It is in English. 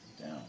down